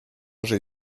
j’ai